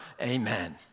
amen